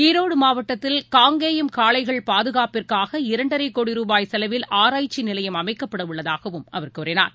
ஈரோடுமாவட்டத்தில் காங்கேயம் காளைகள் பாதுகாப்பிற்காக இரண்டரைகோடி ரூபாய் செலவில் ஆராய்ச்சிநிலையம் அமைக்கப்படவுள்ளதாகவும் அவர் கூறினார்